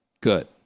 Good